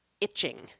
itching